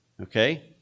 Okay